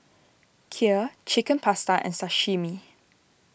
Kheer Chicken Pasta and Sashimi